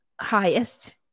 highest